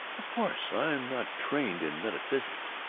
of course i'm not trained in metaphysics,